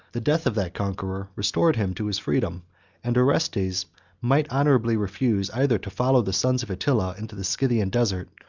the death of that conqueror restored him to his freedom and orestes might honorably refuse either to follow the sons of attila into the scythian desert,